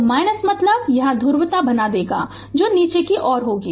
तो मतलब यहाँ ध्रुवता बना देगा जो नीचे की ओर होगी